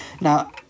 Now